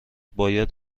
باید